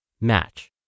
match